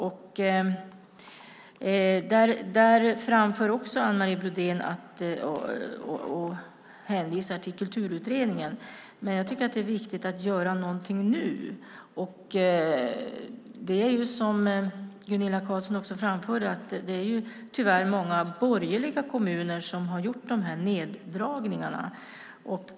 Där hänvisar Anne Marie Brodén också till Kulturutredningen. Men jag tycker att det är viktigt att göra någonting nu. Som Gunilla Carlsson framförde är det tyvärr många borgerliga kommuner som har gjort dessa neddragningar.